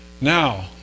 Now